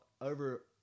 over